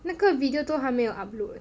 那个 video 都还没有 upload